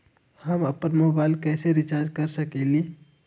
हम अपन मोबाइल कैसे रिचार्ज कर सकेली?